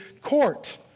court